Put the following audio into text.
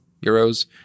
euros